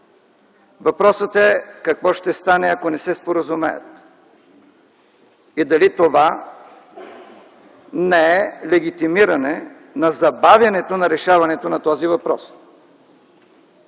Въпросът е: какво ще стане, ако не се споразумеят, и дали това не е легитимиране на забавянето на решаването на този въпрос?